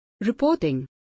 Reporting